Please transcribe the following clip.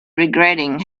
regretting